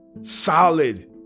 Solid